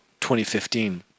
2015